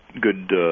good